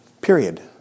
Period